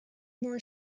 more